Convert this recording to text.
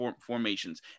formations